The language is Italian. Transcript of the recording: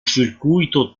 circuito